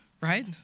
right